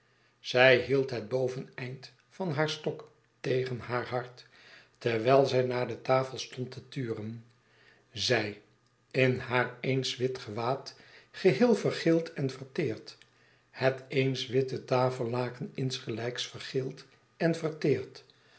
zij hield het boveneind van haar stok tegen haar hart terwijl zij naar de tafel stond te turen zij in haar eens wit gewaad geheel vergeeld en verteerd het eens witte tafellaken insgelijks vergeeld en verteerd